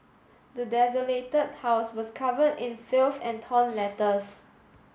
the desolated house was covered in filth and torn letters